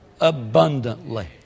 abundantly